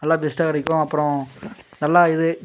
நல்லா பெஸ்ட்டா கிடைக்கும் அப்புறம் நல்லா இது